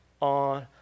on